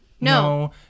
No